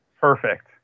perfect